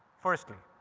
firstly.